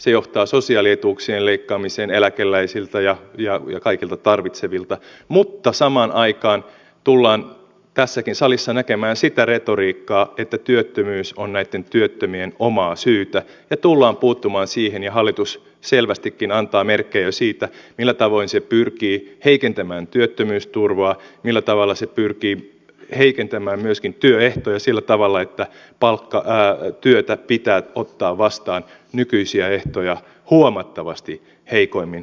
se johtaa sosiaalietuuksien leikkaamiseen eläkeläisiltä ja kaikilta tarvitsevilta mutta samaan aikaan tullaan tässäkin salissa näkemään sitä retoriikkaa että työttömyys on näitten työttömien omaa syytä ja tullaan puuttumaan siihen ja hallitus selvästikin antaa merkkejä siitä millä tavoin hallitus pyrkii heikentämään työttömyysturvaa millä tavalla se pyrkii heikentämään myöskin työehtoja sillä tavalla että palkkatyötä pitää ottaa vastaan nykyisiä ehtoja huomattavasti heikoimmin eväin